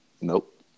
Nope